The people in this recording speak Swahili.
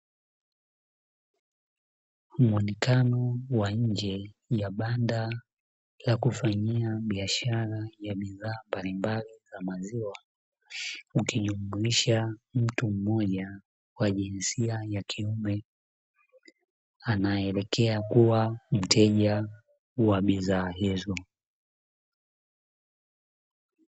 Muonekano wa nje ya banda la kufanyia biashara ya bidhaa mbalimbali za maziwa, ukinyumbulisha mtu mmoja wa jinsia ya kiume anayeelekea kuwa mteja wa bidhaa hizo.